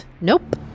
Nope